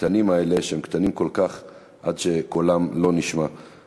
מהמאבקים שעוד נכונו לנו כדי לשפר את מצב הפגים והפגות.